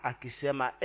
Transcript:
Akisema